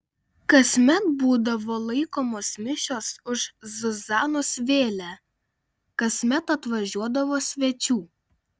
kasmet būdavo laikomos mišios už zuzanos vėlę kasmet atvažiuodavo svečių